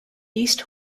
east